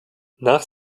nach